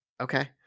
Okay